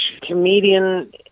comedian